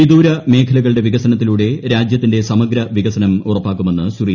വിദൂര മേഖലകളുടെ വികസനത്തിലൂടെ രാജ്യത്തിന്റെ സമഗ്ര വികസനം ഉറപ്പാക്കുമെന്ന് ശ്രീ